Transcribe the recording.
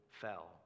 fell